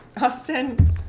austin